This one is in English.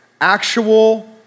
actual